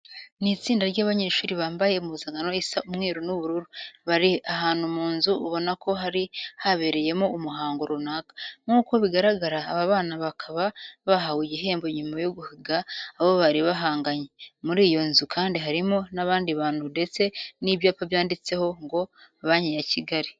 Ni itsinda ry'abanyeshuri bambaye impuzankano isa umweru n'ubururu, bari ahantu mu nzu ubona ko hari habereyemo umuhango runaka. Nk'uko bigaragara aba bana bakaba bahawe igihembo nyuma yo guhiga abo bari bahanganye. Muri iyo nzu kandi harimo n'abandi bantu ndetse n'ibyapa byanditseho ngo Banki ya Kigali.